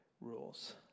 rules